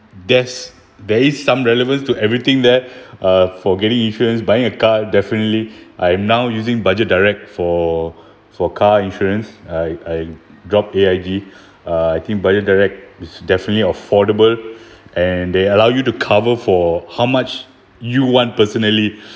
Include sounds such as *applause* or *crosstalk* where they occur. there's there is some relevance to everything there uh for getting insurance buying a car definitely I am now using budget direct for for car insurance I I dropped A_I_G *breath* uh I think bio direct is definitely affordable *breath* and they allow you to cover for how much you want personally